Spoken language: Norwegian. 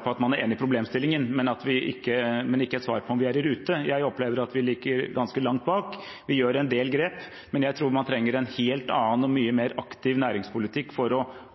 på at man er enig i problemstillingen, men ikke et svar på om vi er i rute. Jeg opplever at vi ligger ganske langt bak. Vi tar en del grep, men jeg tror man trenger en helt annen og mye mer aktiv næringspolitikk for aktivt å